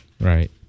right